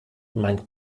man